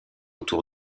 autour